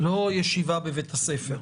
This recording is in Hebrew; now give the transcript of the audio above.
לא ישיבה בבית הספר.